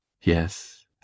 yes